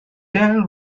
then